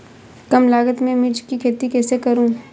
कम लागत में मिर्च की खेती कैसे करूँ?